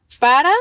para